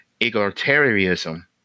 egalitarianism